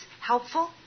helpful